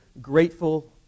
grateful